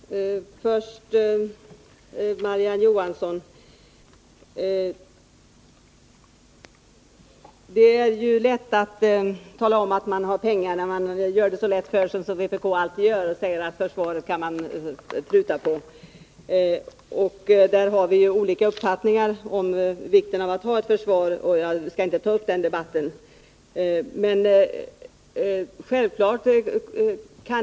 Herr talman! Först till Marie-Ann Johansson: Det är lätt att tala om att man har pengar när man gör det så enkelt för sig som vpk alltid gör och säger att försvaret kan man pruta på. Vi har olika uppfattningar om vikten av att ha ett försvar, och jag skall inte ta upp den debatten.